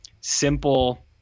simple